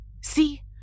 See